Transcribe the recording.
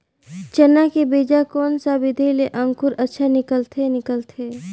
चाना के बीजा कोन सा विधि ले अंकुर अच्छा निकलथे निकलथे